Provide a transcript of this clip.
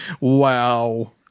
Wow